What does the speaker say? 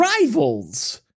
rivals